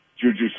Juju